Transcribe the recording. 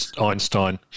Einstein